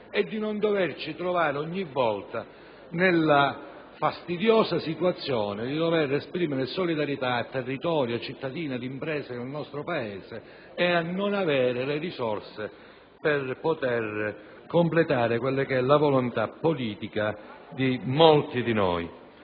e di non doverci trovare ogni volta nella fastidiosa situazione di dover esprimere solidarietà al territorio, ai cittadini e alle imprese del nostro Paese e a non avere le risorse necessarie per completare la volontà politica di molti di noi.